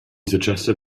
suggested